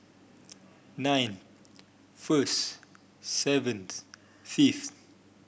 ninth first seventh fifth